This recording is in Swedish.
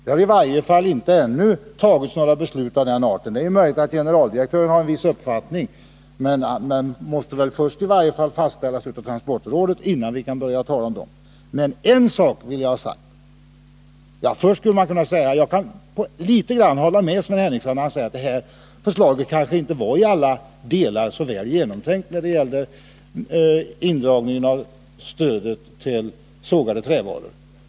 Det har i varje fall inte ännu fattats några beslut av den arten. Det är ju möjligt att generaldirektören har en viss uppfattning, men gränserna måste väl först i varje fall fastställas av transportrådet, innan vi kan börja tala om dem. Jag kan litet grand hålla med Sven Henricsson när han säger att detta förslag kanske inte var i alla delar så väl genomtänkt när det gäller indragningen av stödet till sågade trävaror.